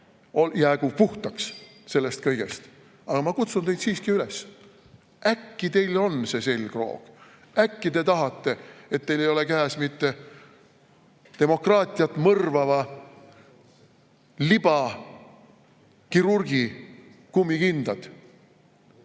jäägu puhtaks sellest kõigest. Aga ma kutsun teid siiski üles: äkki teil on see selgroog, äkki te tahate, et teil ei oleks käes demokraatiat mõrvava libakirurgi kummikindad,